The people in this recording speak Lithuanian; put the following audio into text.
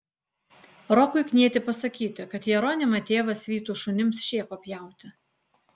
rokui knieti pasakyti kad jeronimą tėvas vytų šunims šėko pjauti